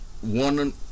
One